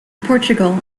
portugal